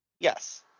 Yes